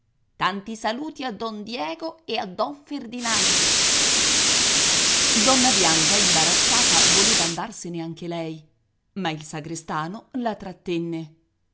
tanti saluti a don diego e a don ferdinando donna bianca imbarazzata voleva andarsene anche lei ma ma il sagrestano la trattenne